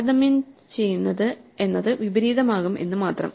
താരതമ്യം ചെയ്യുന്നത് എന്ന് വിപരീതമാകും എന്ന് മാത്രം